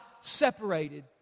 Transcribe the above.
separated